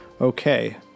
okay